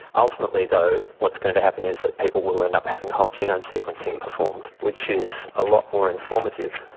ultimately though what's going to happen is that people will end up having whole genome sequencing performed, which is a lot more informative,